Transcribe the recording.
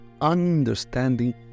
understanding